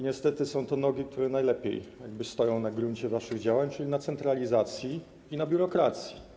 Niestety są to nogi, które jakby najlepiej stoją na gruncie waszych działań, czyli na centralizacji i biurokracji.